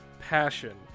passion